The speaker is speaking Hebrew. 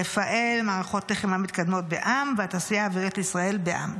רפאל מערכות לחימה מתקדמות בע"מ והתעשייה האווירית לישראל בע"מ,